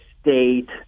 State